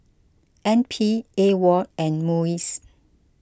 N P Awol and Muis